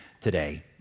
today